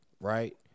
right